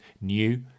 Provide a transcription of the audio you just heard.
new